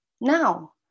now